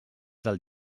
del